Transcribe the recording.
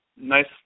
Nice